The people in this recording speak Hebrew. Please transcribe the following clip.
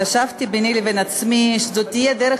חשבתי ביני לבין עצמי שזאת תהיה דרך